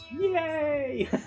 Yay